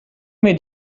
mir